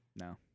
No